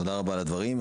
תודה רבה על הדברים.